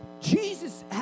Jesus